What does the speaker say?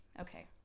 Okay